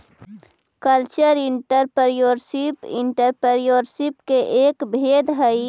cultural entrepreneurship entrepreneurship के एक भेद हई